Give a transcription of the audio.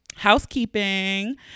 Housekeeping